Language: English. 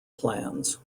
plans